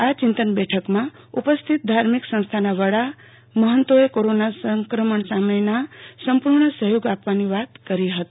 આ ચિંતન બેઠકમાં ઉપસ્થિત ધાર્મિક સંસ્થાના વડા સંતો મહંતોએ કોરોના સંક્રમણના સામના માટે પૂર્ણ સહયોગ આપવાની વાત કરી હતી